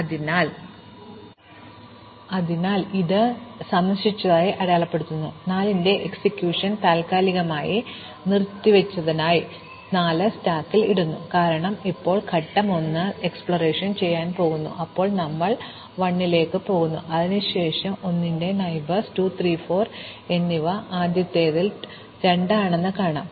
അതിനാൽ ഇപ്പോൾ നമ്മൾ 1 ലേക്ക് പോകുന്നു അതിനുശേഷം 1 ന് അയൽക്കാർ 2 3 4 എന്നിവ ആദ്യത്തേതിൽ 2 ആണെന്ന് കാണാം